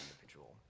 individual